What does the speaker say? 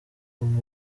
biraro